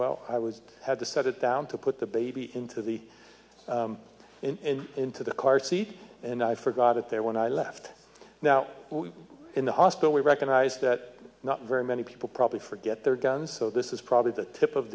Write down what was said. well i would have to set it down to put the baby into the in into the car seat and i forgot it there when i left now in the hospital we recognize that not very many people probably forget their guns so this is probably the tip of